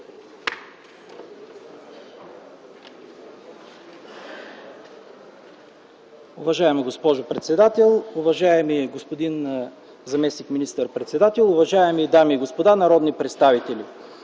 Уважаема госпожо председател, уважаеми господин заместник министър-председател, уважаеми дами и господа народни представители!